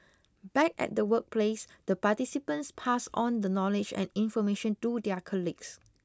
back at the workplace the participants pass on the knowledge and information to their colleagues